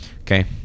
Okay